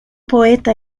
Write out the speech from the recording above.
poeta